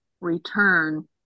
return